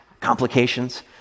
complications